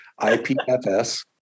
IPFS